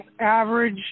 average